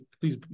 please